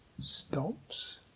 stops